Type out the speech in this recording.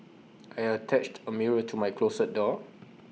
I attached A mirror to my closet door